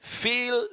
feel